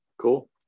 Cool